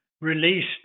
released